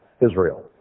Israel